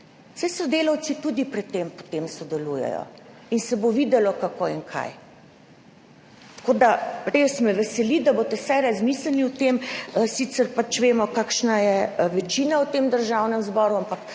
saj delavci tudi pri tem potem sodelujejo in se bo videlo, kako in kaj. Res me veseli, da boste vsaj razmislili o tem, sicer vemo, kakšna je večina v tem Državnem zboru, ampak